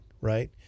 right